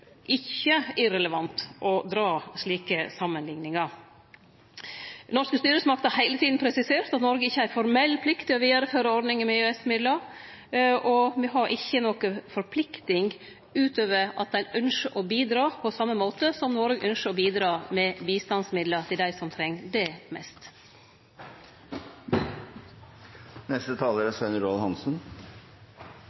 ikkje irrelevant å dra slike samanlikningar. Norske styresmakter har heile tida presisert at Noreg ikkje har ei formell plikt til å vidareføre ordninga med EØS-midlar, og me har ikkje noko forplikting utover at ein ønskjer å bidra, på same måten som Noreg ønskjer å bidra med bistandsmidlar til dei som treng det mest.